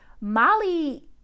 Molly